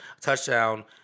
touchdown